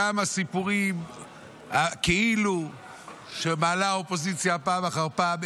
גם הסיפורים כאילו שמעלה האופוזיציה פעם אחר פעם,